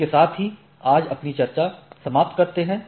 इसके साथ ही आज अपनी चर्चा समाप्त करते हैं